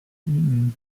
eaten